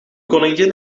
koningin